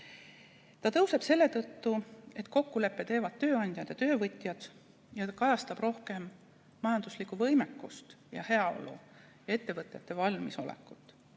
Ta tõuseb selle tõttu, et kokkuleppe teevad tööandjad ja töövõtjad, ning ta kajastab rohkem majanduslikku võimekust ja heaolu ja ettevõtete valmisolekut.